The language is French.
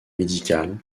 médical